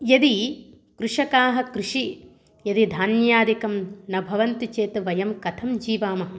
यदि कृषकाः कृषि यदि धान्यादिकं न भवन्ति चेत् वयं कथं जीवामः